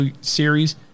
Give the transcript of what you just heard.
Series